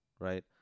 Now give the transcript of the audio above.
right